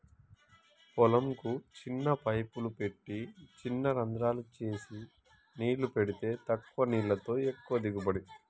పొలం కు చిన్న పైపులు పెట్టి చిన రంద్రాలు చేసి నీళ్లు పెడితే తక్కువ నీళ్లతో ఎక్కువ దిగుబడి